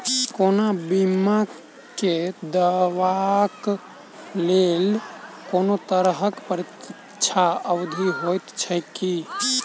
कोनो बीमा केँ दावाक लेल कोनों तरहक प्रतीक्षा अवधि होइत छैक की?